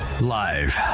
Live